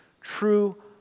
true